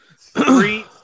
Three